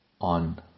on